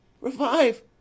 revive